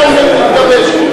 אולי נגבש.